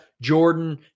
Jordan